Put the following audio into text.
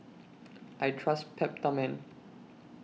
I Trust Peptamen